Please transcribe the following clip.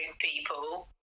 people